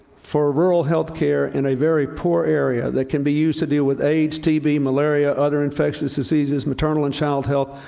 for rural health care in a very poor area that can be used to deal with aids, tb, malaria, other infectious diseases, maternal and child health,